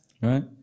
Right